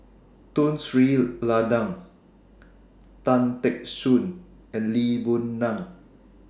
Tun Sri Lanang Tan Teck Soon and Lee Boon Ngan